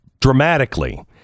dramatically